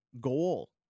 goal